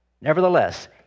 Nevertheless